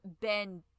Ben